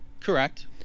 correct